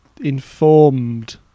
Informed